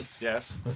Yes